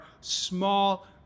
small